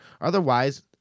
Otherwise